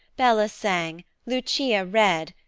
bella sang, lucia read,